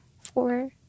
Four